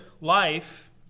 life